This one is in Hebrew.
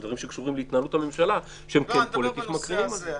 אלא דברים שקשורים להתנהלות הממשלה שהם מקרינים על זה פוליטית.